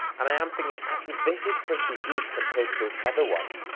and i am thinking, actually, this is pretty good compared to those other ones.